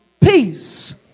peace